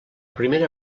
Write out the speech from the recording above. primera